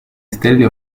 stelle